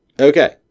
Okay